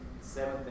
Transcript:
seventh